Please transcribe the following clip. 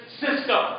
system